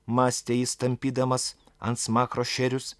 mąstė jis tampydamas ant smakro šerius